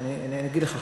אני אגיד לך,